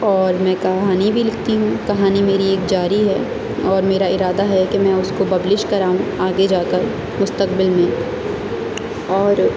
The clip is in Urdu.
اور میں کہانی بھی لکھتی ہوں کہانی میری ایک جاری ہے اور میرا ادارہ ہے کہ میں اس کو پبلش کراؤں آگے جا کر مستقبل میں اور